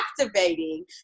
activating